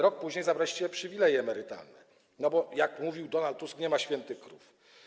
Rok później zabraliście przywileje emerytalne, bo jak mówił Donald Tusk: nie ma świętych krów.